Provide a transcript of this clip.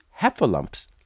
heffalumps